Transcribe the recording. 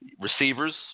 Receivers